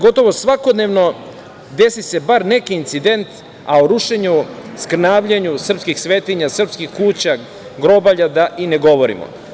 Gotovo svakodnevno desi se bar neki incident, a o rušenju, skrnavljenju srpskih svetinja, srpskih kuća, grobalja, da i ne govorimo.